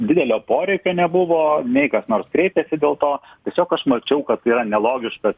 didelio poreikio nebuvo nei kas nors kreipėsi dėl to tiesiog aš mačiau kad tai yra nelogiškas